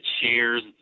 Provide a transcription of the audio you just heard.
shares